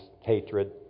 hatred